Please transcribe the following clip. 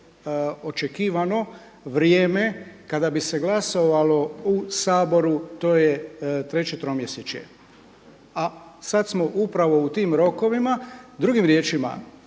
očekivano vrijeme kada bi se glasovalo u Saboru, to je 3. tromjesečje a sada smo upravo u tim rokovima. Drugim riječima,